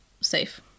safe